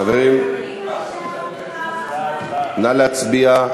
חברים, נא להצביע.